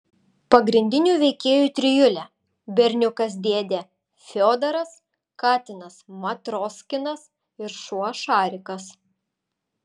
pagrindinių veikėjų trijulė berniukas dėdė fiodoras katinas matroskinas ir šuo šarikas